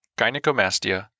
gynecomastia